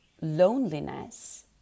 loneliness